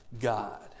God